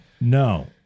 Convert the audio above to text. No